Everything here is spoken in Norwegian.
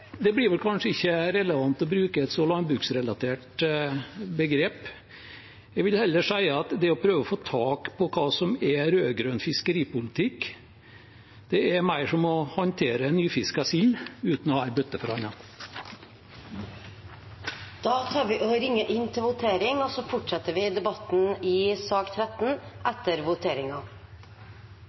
blir vel kanskje ikke relevant å bruke et så landbruksrelatert begrep. Jeg vil heller si at det å prøve å få tak på hva som er rød-grønn fiskeripolitikk, er mer som å håndtere nyfisket sild uten å ha en bøtte for hånden. Stortinget avbryter nå debatten i sak nr. 13 for å gå til votering.